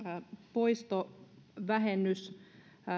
poistovähennys